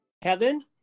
Kevin